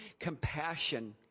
compassion